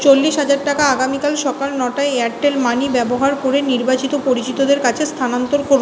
চল্লিশ হাজার টাকা আগামীকাল সকাল নটায় এয়ারটেল মানি ব্যবহার করে নির্বাচিত পরিচিতদের কাছে স্থানান্তর করুন